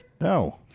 No